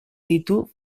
ditu